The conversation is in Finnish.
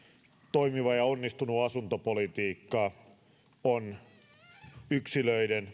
toimiva ja onnistunut asuntopolitiikka on yksilöiden